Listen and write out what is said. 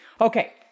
okay